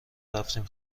رفتیم